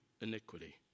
iniquity